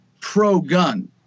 pro-gun